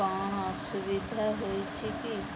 କ'ଣ ଅସୁବିଧା ହୋଇଛି କି